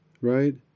right